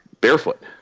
barefoot